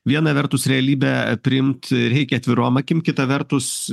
viena vertus realybę priimt reikia atvirom akim kita vertus